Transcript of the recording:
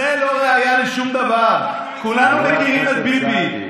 זאת לא ראיה לשום דבר, כולנו מכירים את ביבי.